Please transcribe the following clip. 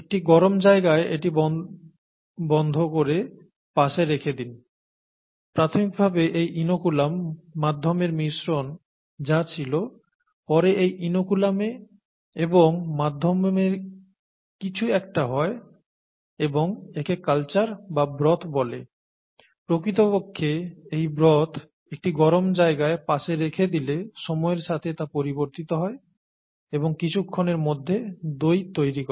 একটি গরম জায়গায় এটি বন্ধ করে পাশে রেখে দিন প্রাথমিকভাবে এই ইনোকুলাম মাধ্যমের মিশ্রণ যা ছিল পরে এই ইনোকুলাম এবং মাধ্যমে কিছু একটা হয় এবং একে কালচার বা ব্রথ বলে প্রকৃতপক্ষে এই ব্রথ একটি গরম জায়গায় পাশে রেখে দিলে সময়ের সাথে তা পরিবর্তিত হয় এবং কিছুক্ষণের মধ্যে দই তৈরি করে